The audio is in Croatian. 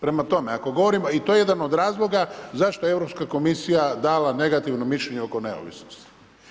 Prema tome ako govorimo i to je jedan od razloga zašto je Europska komisija dala negativno mišljenje oko neovisnosti.